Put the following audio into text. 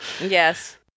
Yes